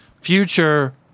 Future